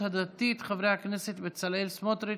סיעת הציונות הדתית: חברי הכנסת בצלאל סמוטריץ',